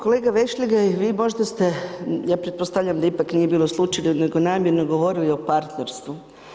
Kolega Vešligaj, vi možda ste, ja pretpostavljam da ipak nije bilo slučajno, nego namjerno govorili o partnerstvu.